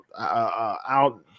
out